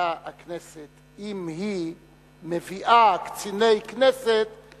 עושה הכנסת אם היא מביאה קציני צה"ל